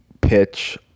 pitch